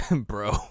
bro